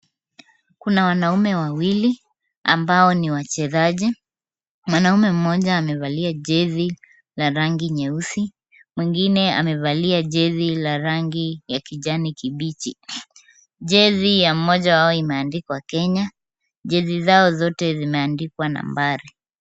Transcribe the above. Kuna wanaume wawili ambao ni wachezaji. Mwanamume mmoja amevalia jezi la rangi nyeusi, mwingine amevalia jezi la rangi ya kijani kibichi. Jezi ya mmoja wao imeandikwa Kenya. Jezi zote zimeandikwa nambari.